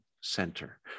Center